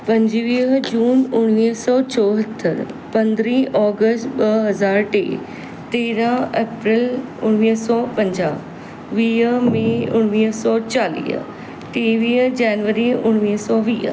पंजवीह जून उणिवीह सौ चौहतरि पंद्रहीं ऑगस्त ॿ हज़ार टे तेरहं एप्रेल उणिवीह सौ पंजाहु वीह मे उणिवीह सौ चालीह टेवीह जेनवरी उणिवीह सौ वीह